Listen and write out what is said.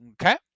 Okay